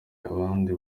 abandi